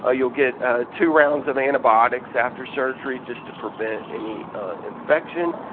ah you'll get two rounds of antibiotics after surgery just to prevent any infection.